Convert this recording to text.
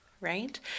right